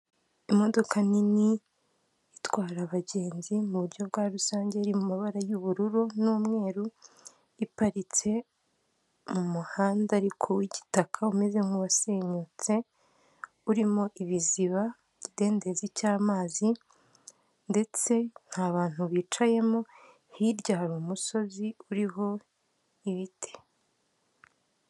Imodoka nini itwara abagenzi mu buryo bwa rusange iri mu mabara y'ubururu n'umweru iparitse mu muhanda, ariko w'igitaka umeze nk'uwasenyutse urimo ibiziba, ikidendezi cy'amazi ndetse hari abantu bicayemo hirya hari umusozi uriho ibiti.